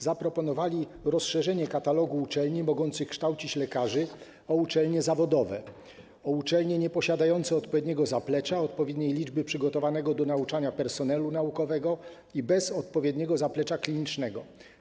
Zaproponowali rozszerzenie katalogu uczelni mogących kształcić lekarzy o uczelnie zawodowe - o uczelnie nieposiadające odpowiedniego zaplecza, odpowiedniej liczby przygotowanego do nauczania personelu naukowego i bez odpowiedniego zaplecza klinicznego.